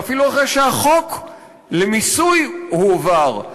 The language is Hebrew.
ואפילו אחרי שהחוק למיסוי הועבר,